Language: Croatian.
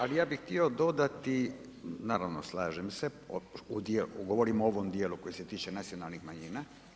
Ali, ja bih htio dodati, naravno slažem se, govorim o ovom dijelu koji se tiče nacionalnih manjina.